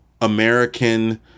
American